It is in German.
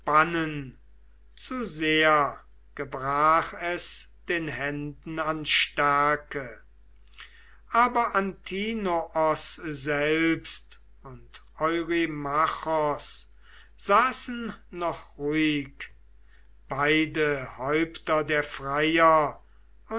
zu sehr gebrach es den händen an stärke aber antinoos selbst und